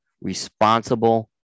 responsible